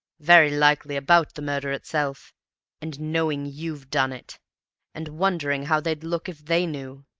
very likely about the murder itself and knowing you've done it and wondering how they'd look if they knew!